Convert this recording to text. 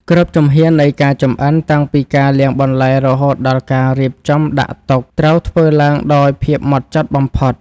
គ្រប់ជំហាននៃការចម្អិនតាំងពីការលាងបន្លែរហូតដល់ការរៀបចំដាក់តុត្រូវធ្វើឡើងដោយភាពហ្មត់ចត់បំផុត។